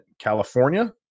California